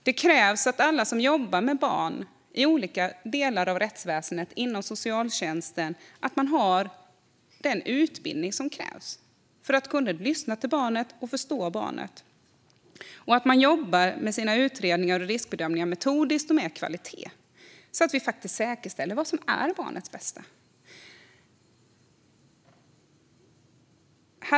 Det krävs att alla som jobbar med barn i olika delar av rättsväsendet och inom socialtjänsten har den utbildning som krävs för att kunna lyssna till och förstå barnet och att de jobbar med sina utredningar och riskbedömningar metodiskt och med kvalitet så att det säkerställs vad som är barnets bästa.